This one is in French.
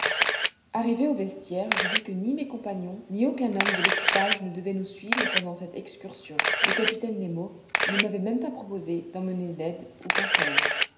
arrivé au vestiaire je vis que ni mes compagnons ni aucun homme de l'équipage ne devait nous suivre pendant cette excursion le capitaine nemo ne m'avait pas même proposé d'emmener ned ou conseil